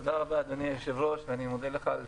תודה רבה, אדוני היושב-ראש, ואני מודה לך על